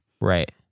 Right